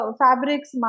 fabrics